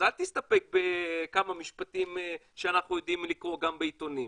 אל תסתפק בכמה משפטים שאנחנו יודעים לקרוא גם בעיתונים.